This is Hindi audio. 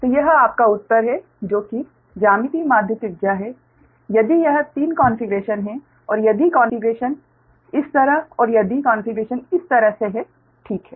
तो यह आपका उत्तर है जो कि ज्यामितीय माध्य त्रिज्या है यदि यह 3 कॉन्फ़िगरेशन है और यदि कॉन्फ़िगरेशन इस तरह और यदि कॉन्फ़िगरेशन इस तरह से है ठीक है